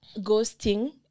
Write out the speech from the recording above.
ghosting